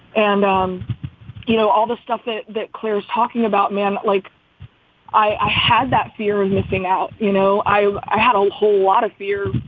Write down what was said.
and um you know, all the stuff that that claire's talking about, man, like i had that fear of missing out. you know, i i had a um whole lot of fear.